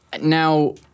Now